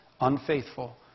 unfaithful